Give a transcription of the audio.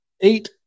eight